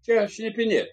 čia šnipinėt